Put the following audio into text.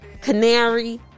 Canary